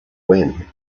when